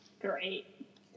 great